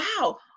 wow